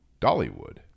Dollywood